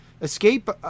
escape